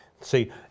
See